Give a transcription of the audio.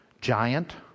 Giant